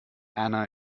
anna